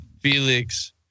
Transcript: Felix